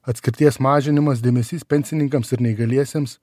atskirties mažinimas dėmesys pensininkams ir neįgaliesiems